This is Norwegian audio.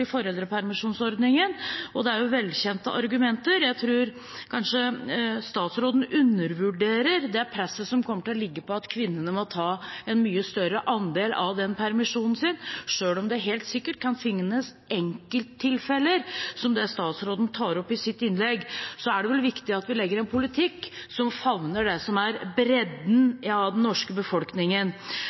Det er velkjente argumenter. Jeg tror kanskje statsråden undervurderer det presset som kommer til å ligge på kvinnene for å ta en mye større andel av permisjonen. Selv om det helt sikkert kan finnes enkelttilfeller som det statsråden tar opp i sitt innlegg, er det vel viktig at vi legger opp en politikk som favner bredden i den norske befolkningen.